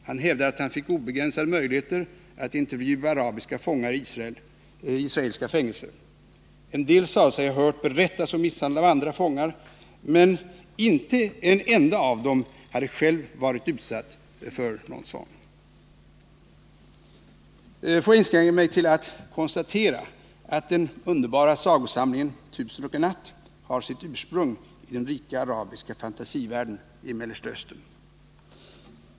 Han hävdade att han fick obegränsade möjligheter att 131 intervjua arabiska fångar i israeliska fängelser. En del sade sig ha hört berättas om misshandel av andra fångar, men inte en enda av dem hade själv varit utsatt för någon sådan. Får jag inskränka mig till att konstatera att den underbara sagosamlingen Tusen och en natt har sitt ursprung i den rika arabiska fantasivärlden i Mellersta Östern.